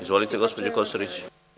Izvolite, gospođo Kosorić.